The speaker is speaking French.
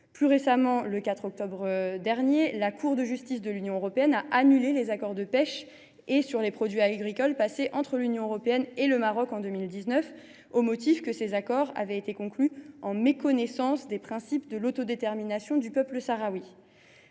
Plus récemment, le 4 octobre dernier, la Cour de justice de l’Union européenne (CJUE) a annulé les accords sur la pêche et les produits agricoles passés entre l’UE et le Maroc en 2019, au motif que ces accords avaient été conclus en « méconnaissance des principes de l’autodétermination » du peuple sahraoui.